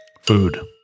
Food